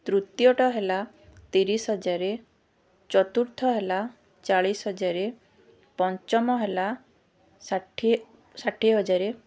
ତୃତୀୟଟା ହେଲା ତିରିଶି ହଜାର ଚତୁର୍ଥ ହେଲା ଚାଳିଶି ହଜାର ପଞ୍ଚମ ହେଲା ଷାଠିଏ ଷାଠିଏ ହଜାର